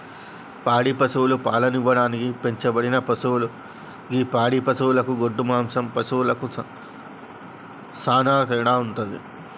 పాడి పశువులు పాలను ఇవ్వడానికి పెంచబడిన పశువులు గి పాడి పశువులకు గొడ్డు మాంసం పశువులకు సానా తేడా వుంటది